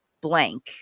blank